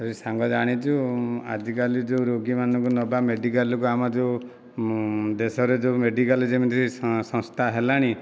ଆରେ ସାଙ୍ଗ ଜାଣିଛୁ ଆଜିକାଲି ଯେଉଁ ରୋଗୀମାନଙ୍କୁ ନେବା ମେଡ଼ିକାଲକୁ ଆମର ଯେଉଁ ଦେଶର ଯେଉଁ ମେଡ଼ିକାଲ ଯେମିତି ସଂସ୍ଥା ହେଲାଣି